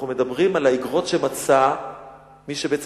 אנחנו מדברים על האיגרות שמצא מי שבעצם